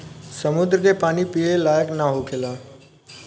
समुंद्र के पानी पिए लायक ना होखेला